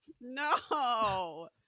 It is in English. No